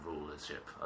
rulership